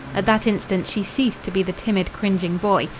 at that instant she ceased to be the timid, cringing boy.